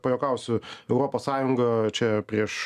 pajuokausiu europos sąjunga čia prieš